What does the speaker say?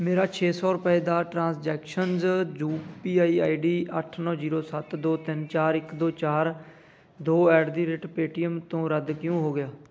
ਮੇਰਾ ਛੇ ਸੌ ਰੁਪਏ ਦਾ transactions U P I I D ਅੱਠ ਨੌਂ ਜੀਰੋ ਸੱਤ ਦੋ ਤਿੰਨ ਚਾਰ ਇੱਕ ਦੋ ਚਾਰ ਦੋ at the rate Paytm ਤੋਂ ਰੱਦ ਕਿਉਂ ਹੋ ਗਿਆ